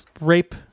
rape